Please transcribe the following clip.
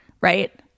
right